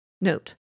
Note